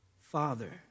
Father